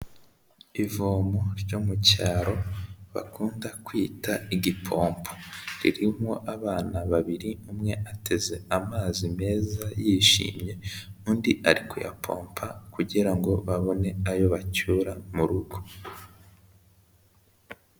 Ivomo ryo mu cyaro bakunda kwita igipompo, ririmo abana babiri umwe ateze amazi meza yishimye, undi ari kuyapompa kugira ngo babone ayo bacyura mu rugo.